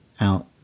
out